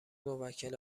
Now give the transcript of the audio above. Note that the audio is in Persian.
موکل